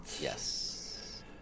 Yes